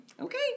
okay